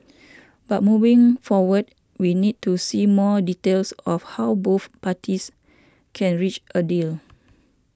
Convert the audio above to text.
but moving forward we need to see more details of how both parties can reach a deal